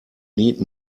need